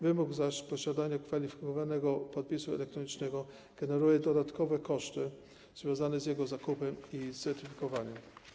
Wymóg posiadania kwalifikowanego podpisu elektronicznego generuje dodatkowe koszty związane z jego zakupem i certyfikowaniem.